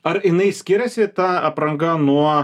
ar jinai skiriasi ta apranga nuo